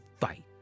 fight